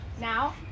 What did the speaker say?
Now